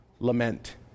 Lament